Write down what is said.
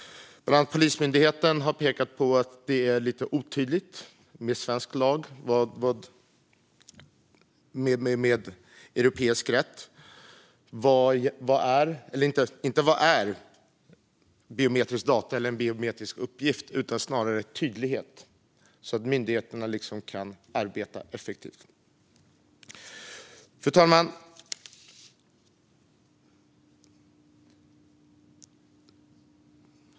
Bland annat Polismyndigheten har pekat på att det behövs större tydlighet gällande svensk lag och europeisk rätt när det kommer till biometriska uppgifter, så att myndigheterna kan arbeta effektivt. Fru talman!